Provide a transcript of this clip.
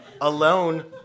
alone